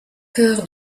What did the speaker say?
cœur